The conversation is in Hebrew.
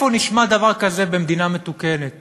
איפה נשמע דבר כזה במדינה מתוקנת